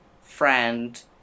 friend